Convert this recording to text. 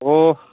ओह